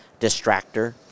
distractor